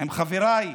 עם חבריי.